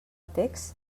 text